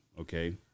Okay